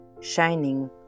shining